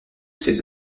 ses